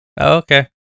okay